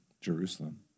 Jerusalem